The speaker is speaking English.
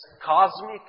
cosmic